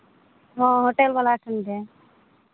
ᱦᱚᱸ ᱦᱳᱴᱮᱞ ᱵᱟᱞᱟ ᱴᱷᱮᱱ ᱜᱮ